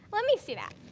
let me see that.